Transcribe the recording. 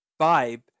Vibe